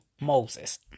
Moses